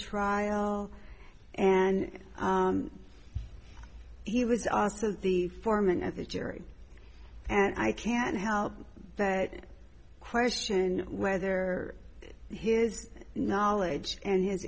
trial and he was also the foreman of the jury and i can't help that question whether his knowledge and his